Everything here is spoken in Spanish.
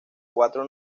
cuatro